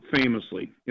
famously